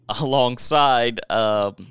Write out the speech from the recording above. alongside